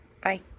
Bye